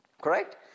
Correct